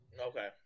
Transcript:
Okay